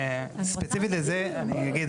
ספציפית לזה אני אגיד,